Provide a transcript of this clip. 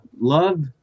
Love